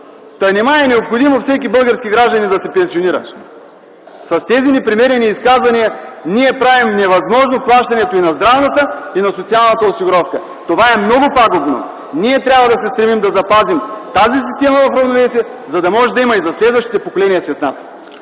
„Та нима е необходимо всеки български гражданин да се пенсионира?” С тези непремерени изказвания ние правим невъзможно плащането и на здравната, и на социалната осигуровка. Това е много пагубно. Ние трябва да се стремим да запазим в равновесие тази система, за да може да има и за следващите поколения след нас.